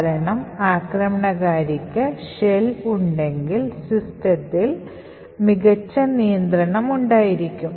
കാരണം ആക്രമണകാരിക്ക് ഷെൽ ഉണ്ടെങ്കിൽ സിസ്റ്റത്തിൽ മികച്ച നിയന്ത്രണം ഉണ്ടായിരിക്കും